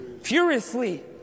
Furiously